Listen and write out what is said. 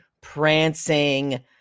prancing